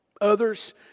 Others